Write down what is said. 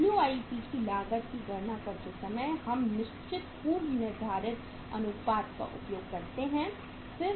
WIP की लागत की गणना करते समय हम निश्चित पूर्व निर्धारित अनुपात का उपयोग करते हैं